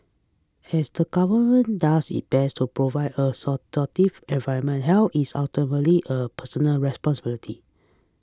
as the government does its best to provide a supportive environment health is ultimately a personal responsibility